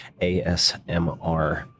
ASMR